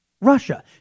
Russia